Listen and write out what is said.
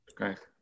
Okay